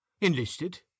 Enlisted